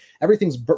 everything's